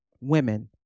women